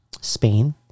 Spain